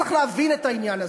צריך להבין את העניין הזה,